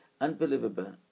unbelievable